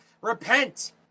repent